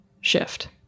shift